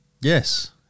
Yes